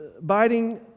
biting